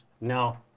No